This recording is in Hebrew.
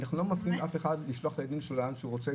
אנחנו לא מפריעים לאף אחד לשלוח את הילדים שלו לאן שהוא רוצה,